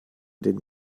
den